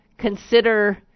Consider